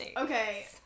Okay